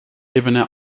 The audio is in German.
ebene